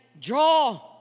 draw